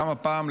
גם הפעם,